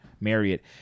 Marriott